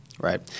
right